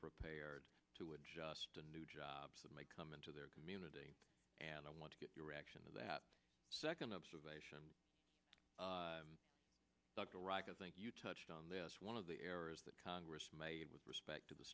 prepared to adjust to new jobs that may come into their community and i want to get your reaction to that second observation you touched on this one of the errors that congress made with respect to the